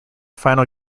final